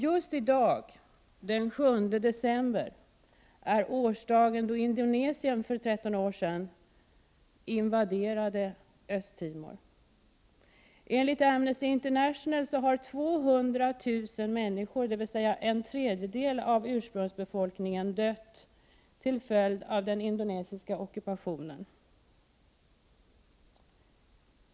Just i dag, den 7 december, är årsdagen då Indonesien för 13 år sedan invaderade Östtimor. Enligt Amnesty International har 200 000 människor, dvs. en tredjedel av ursprungsbefolkningen, dött till följd av den indonesiska ockupationen.